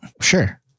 Sure